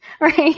Right